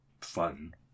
fun